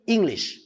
English